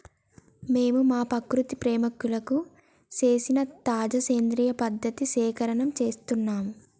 మేము మా ప్రకృతి ప్రేమికులకు సేసిన తాజా సేంద్రియ పత్తి సేకరణం సేస్తున్నం